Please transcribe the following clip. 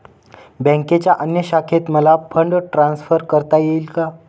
बँकेच्या अन्य शाखेत मला फंड ट्रान्सफर करता येईल का?